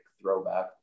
throwback